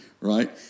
right